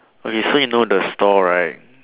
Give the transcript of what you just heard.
okay so you know the store right